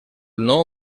nou